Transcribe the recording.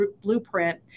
blueprint